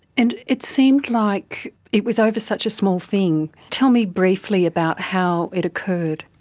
and it seemed like it was over such a small thing. tell me briefly about how it occurred.